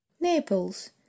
naples